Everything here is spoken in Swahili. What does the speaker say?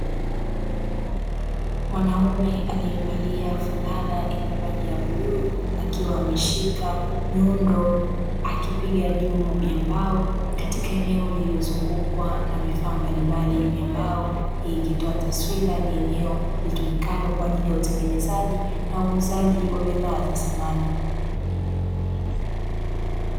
Mwanaume aliyevalia fulana yenye rangi ya bluu akiwa ameshika nyundo akipiga juu ya mbao katika eneo lililozungukwa na vifaa mbalimbali vya mbao. Hii ikitoa taswira ni eneo litumikalo kwa ajili ya utengenezaji na uuzaji wa bidhaa za samani.